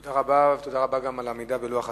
תודה רבה, תודה רבה גם על העמידה בלוח הזמנים.